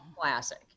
classic